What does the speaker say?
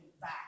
back